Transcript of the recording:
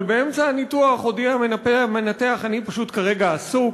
אבל באמצע הניתוח הודיע המנתח: אני פשוט כרגע עסוק,